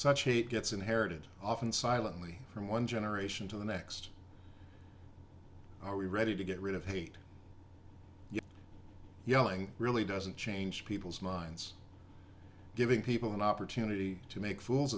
such hate gets inherited often silently from one generation to the next are we ready to get rid of hate you yelling really doesn't change people's minds giving people an opportunity to make fools